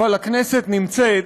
אבל הכנסת נמצאת.